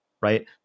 right